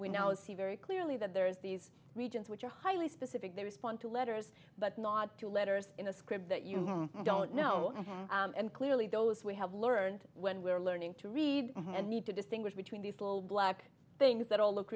we now see very clearly that there is these regions which are highly specific they respond to letters but not to letters in a script that you don't know and clearly those we have learned when we were learning to read and need to distinguish between these little black things that all look